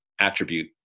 attribute